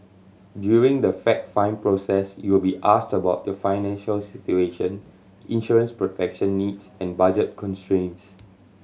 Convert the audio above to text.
during the fact find process you will be asked about your financial situation insurance protection needs and budget constraints